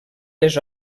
les